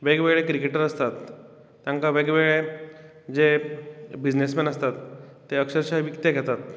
वेगवेगळे क्रिकेटर आसतात तांकां वेगळे वेगळे जे बिझनेसमेन जे आसतात ते अकशर्शा विकते घेतात